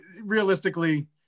realistically